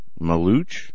Maluch